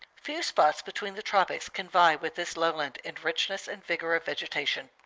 few spots between the tropics can vie with this lowland in richness and vigor of vegetation.